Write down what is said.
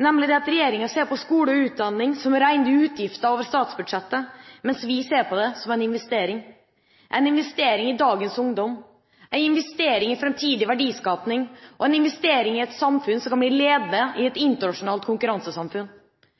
nemlig at regjeringa ser på skole og utdanning som rene utgifter over statsbudsjettet, mens vi ser på det som en investering – en investering i dagens ungdom, en investering i framtidig verdiskaping og en investering i et samfunn som kan bli ledende i et internasjonalt konkurransesamfunn.